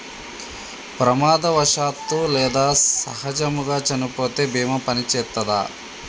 ప్రమాదవశాత్తు లేదా సహజముగా చనిపోతే బీమా పనిచేత్తదా?